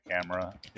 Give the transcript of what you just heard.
camera